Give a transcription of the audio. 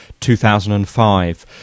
2005